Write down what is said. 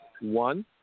one